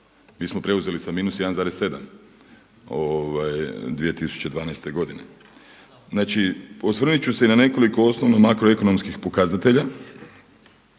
Mi smo preuzeli sa -1,7 2012. godine. Znači osvrnut ću se i na nekoliko osnovnih makroekonomskih pokazatelja